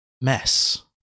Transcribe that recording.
mess